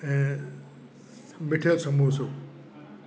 ऐं मीठो समोसो